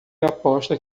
aposta